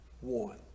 One